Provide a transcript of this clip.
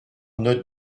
note